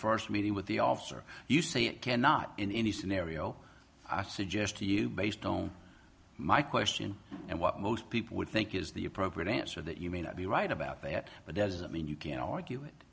first meeting with the officer you say it cannot in any scenario i suggest to you based on my question and what most people would think is the appropriate answer that you may not be right about that but as i mean you can argue it